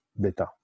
beta